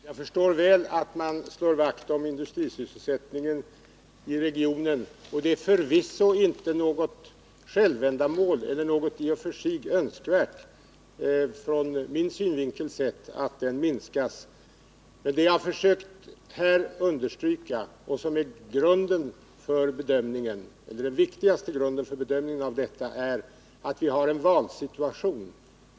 Herr talman! Jag förstår väl att man slår vakt om industrisysselsättningen i Stockholmsregionen. Det är förvisso inte något självändamål eller ur min synvinkel sett önskvärt att den minskar. Vad jag har försökt understryka, och som är den viktigaste grunden för bedömningen, är att vi har en valsituation.